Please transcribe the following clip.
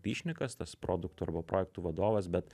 pyšnikas tas produktų arba projektų vadovas bet